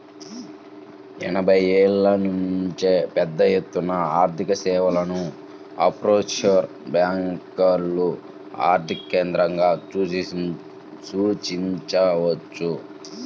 ఎనభైల నుంచే పెద్దఎత్తున ఆర్థికసేవలను ఆఫ్షోర్ బ్యేంకులు ఆర్థిక కేంద్రాలుగా సూచించవచ్చు